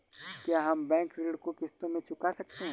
क्या हम बैंक ऋण को किश्तों में चुका सकते हैं?